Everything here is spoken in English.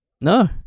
no